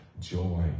joy